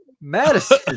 Madison